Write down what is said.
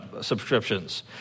subscriptions